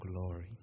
glory